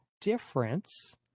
difference